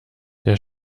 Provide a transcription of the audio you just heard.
der